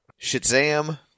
Shazam